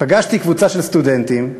פגשתי קבוצה של סטודנטים.